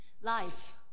Life